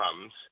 comes